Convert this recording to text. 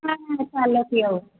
हां हां चालेल